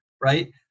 right